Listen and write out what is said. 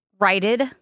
righted